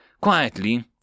quietly